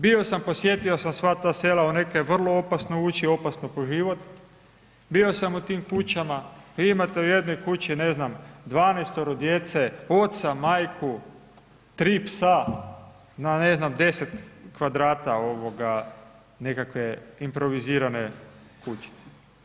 Bio sam, posjetio sam sva ta sela, u nekad je vrlo opasno ući, opasno po život, bio sam u tim kućama, vi imate u jednoj kući, ne znam, 12-toro djece, oca, majku, 3 psa, na ne znam, 10 kvadrata nekakve improvizirane kućice.